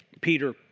Peter